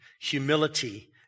humility